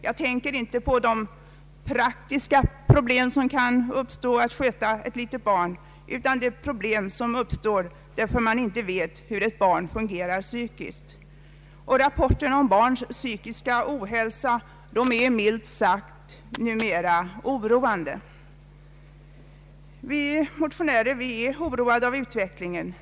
Jag tänker inte på de praktiska problemen med att sköta ett litet barn, utan på de problem som uppstår därför att man inte vet hur ett barn fungerar psykiskt. Rapporterna om barns psykiska ohälsa är numera minst sagt oroande. Vi motionärer är oroade av utvecklingen.